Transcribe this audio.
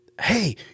Hey